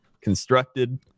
constructed